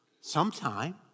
Sometime